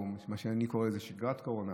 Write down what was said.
או מה שאני קורא לו שגרת קורונה.